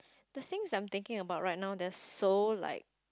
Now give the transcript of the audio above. the things that I'm thinking about right now they are so like